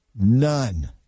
None